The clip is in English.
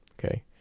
Okay